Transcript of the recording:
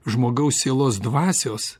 žmogaus sielos dvasios